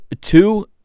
two